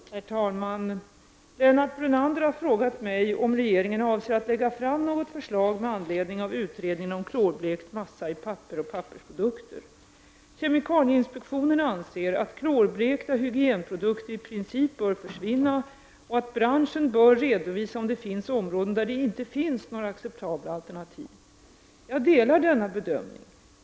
Herr talman! Lennart Brunander har frågat mig om regeringen avser att lägga fram något förslag med anledning av utredningen om klorblekt massa i papper och pappersprodukter. Kemikalieinspektionen anser att klorblekta hygienprodukter i princip bör försvinna och att branschen bör redovisa om det finns områden där det inte finns några acceptabla alternativ. Jag delar denna bedömning.